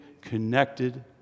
connected